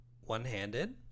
one-handed